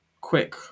quick